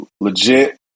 legit